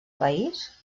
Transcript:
país